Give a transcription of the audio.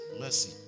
mercy